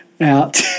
out